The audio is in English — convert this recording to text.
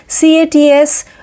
CATS